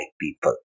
people